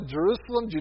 Jerusalem